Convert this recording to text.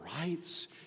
rights